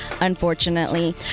unfortunately